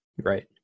Right